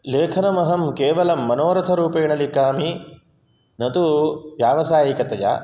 लेखनमहं केवलं मनोरसरूपेण लिखामि न तु व्यावसायिकतया